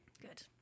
Good